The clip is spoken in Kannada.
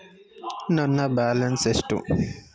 ನನ್ನ ಬ್ಯಾಲೆನ್ಸ್ ಎಷ್ಟು?